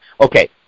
okay